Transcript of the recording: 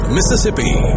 Mississippi